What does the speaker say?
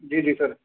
जी जी सर